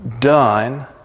done